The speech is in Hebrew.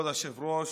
כבוד היושב-ראש,